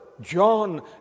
John